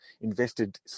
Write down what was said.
invested